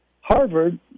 Harvard